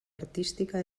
artística